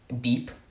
beep